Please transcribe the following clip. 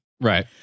Right